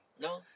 No